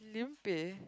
lim-peh